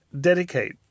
dedicate